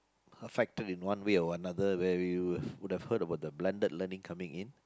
her factory in one way or another where would've would have heard of the blended learning coming in